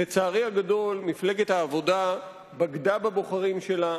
לצערי הגדול מפלגת העבודה בגדה בבוחרים שלה,